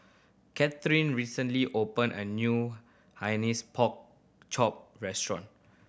Katheryn recently opened a new Hainanese Pork Chop restaurant